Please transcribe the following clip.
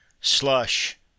Slush